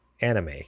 Anime